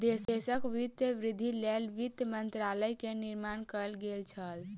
देशक वित्तीय वृद्धिक लेल वित्त मंत्रालय के निर्माण कएल गेल छल